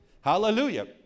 Hallelujah